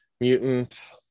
mutant